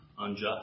unjust